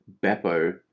Beppo